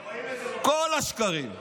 אנשים, כל השקרים.